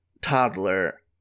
toddler